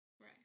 Right